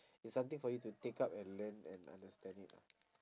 is something for you to take up and learn and understand it lah